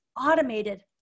automated